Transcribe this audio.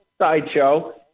sideshow